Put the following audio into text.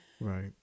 right